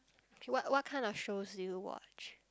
okay what what kind of shows do you watch